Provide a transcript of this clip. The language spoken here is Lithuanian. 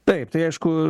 taip tai aišku